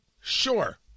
Sure